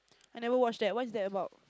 I never watch that what's that about